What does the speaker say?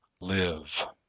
live